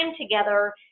together